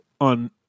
on